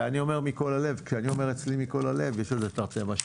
ואני אומר מכל הלב וכשאני אומר אצלי מכל הלב יש לזה תרתי משמע.